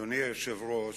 אדוני היושב ראש,